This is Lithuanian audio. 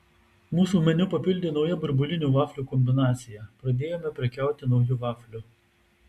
mūsų meniu papildė nauja burbulinių vaflių kombinacija pradėjome prekiauti nauju vafliu